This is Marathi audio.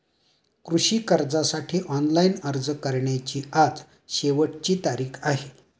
कृषी कर्जासाठी ऑनलाइन अर्ज करण्याची आज शेवटची तारीख आहे